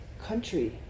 country